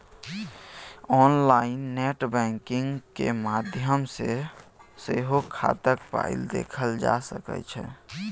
online net banking केर माध्यम सँ सेहो खाताक पाइ देखल जा सकै छै